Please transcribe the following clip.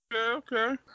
Okay